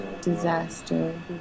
disaster